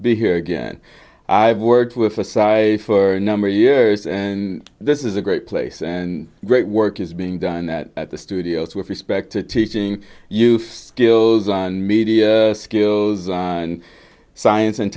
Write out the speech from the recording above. be here again i've worked with for size for a number of years and this is a great place and great work is being done that at the studios with respect to teaching use gill's and media skills and science and